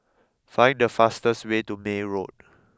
find the fastest way to May Road